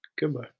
Goodbye